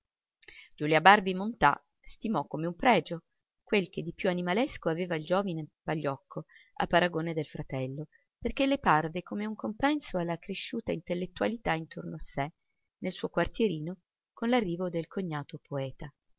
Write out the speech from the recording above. poesie giulia barbi-montà stimò come un pregio quel che di più animalesco aveva il giovine pagliocco a paragone del fratello perché le parve come un compenso alla cresciuta intellettualità intorno a sé nel suo quartierino con l'arrivo del cognato poeta